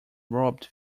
robbed